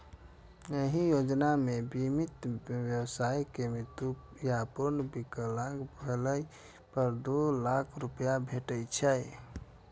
एहि योजना मे बीमित व्यक्ति के मृत्यु या पूर्ण विकलांग भेला पर दू लाख रुपैया भेटै छै